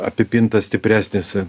apipintas stipresnis